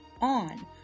on